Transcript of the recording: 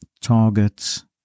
targets